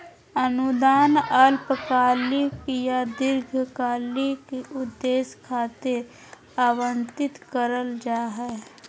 अनुदान अल्पकालिक या दीर्घकालिक उद्देश्य खातिर आवंतित करल जा हय